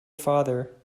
father